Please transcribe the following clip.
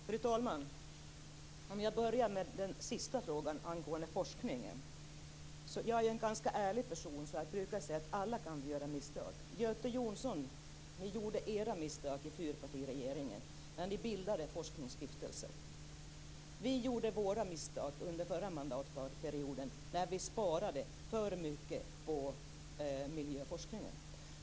Fru talman! Jag börjar med den sista frågan angående forskningen. Jag är en ganska ärlig person. Jag brukar säga att alla kan vi göra misstag. Göte Jonsson, ni gjorde era misstag i fyrpartiregeringen när ni bildade en forskningsstiftelse. Vi gjorde våra misstag under den förra mandatperioden när vi sparade för mycket på miljöforskningen.